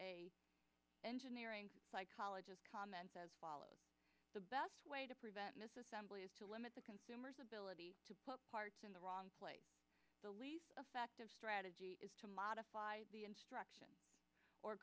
a engineering psychologist comments as follows the best way to prevent an assembly is to limit the consumer's ability to put parts in the wrong place the least effective strategy is to modify the instructions or